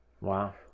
Wow